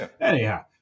Anyhow